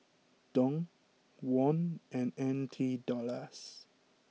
Dong Won and N T dollars